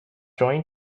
join